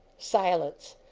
silence.